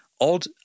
odd